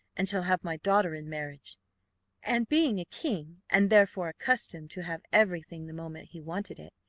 and shall have my daughter in marriage and, being a king, and therefore accustomed to have everything the moment he wanted it,